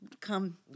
Come